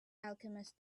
alchemist